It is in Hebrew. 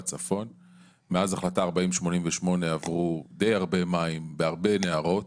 מאז החלטה 4088 עברו די הרבה מים בהרבה נהרות